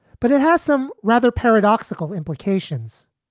but it has some rather paradoxical implications.